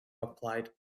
applied